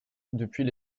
depuis